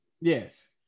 yes